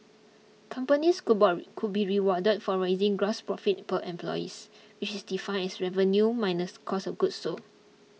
companies could could be rewarded for raising gross profit per employees which is defined as revenue minus cost of goods sold